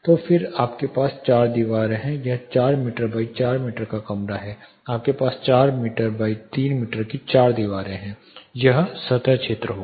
तो आपके पास चार दीवारें हैं यह 4 मीटर बाई 4 मीटर का कमरा है आपके पास 4 बाई 3 मीटर की चार दीवारें हैं यह सतह क्षेत्र होगा